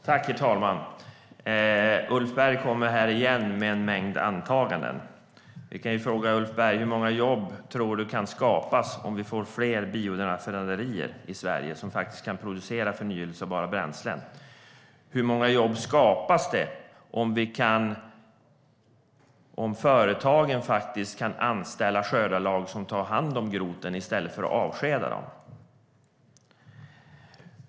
Herr talman! Ulf Berg kommer här igen med en mängd antaganden. Vi kan fråga Ulf Berg: Hur många jobb tror du kan skapas om vi får fler bioraffinaderier i Sverige som kan producera förnybara bränslen? Hur många jobb skapas det om företagen kan anställa skördarlag som tar hand om groten i stället för att avskeda dem?